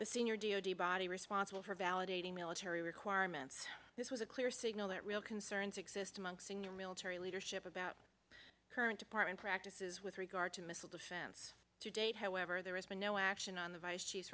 the senior d o d body responsible for validating military requirements this was a clear signal that real concerns exist among senior military leadership about current department practices with regard to missile defense to date however there has been no action on the vice she's